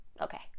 okay